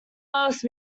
asked